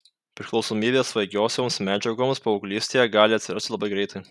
priklausomybė svaigiosioms medžiagoms paauglystėje gali atsirasti labai greitai